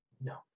no